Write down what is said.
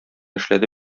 эшләде